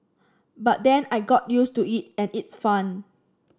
but then I got used to it and its fun